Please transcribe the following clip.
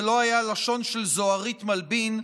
ולא היה לשון של זהורית מלבין,